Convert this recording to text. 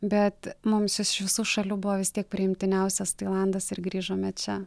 bet mums iš visų šalių buvo vis tiek priimtiniausias tailandas ir grįžome čia